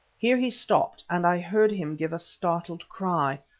here he stopped, and i heard him give a startled cry.